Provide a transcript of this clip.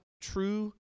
true